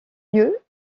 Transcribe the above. lieu